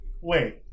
wait